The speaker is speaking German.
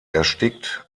erstickt